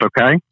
okay